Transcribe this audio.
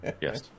Yes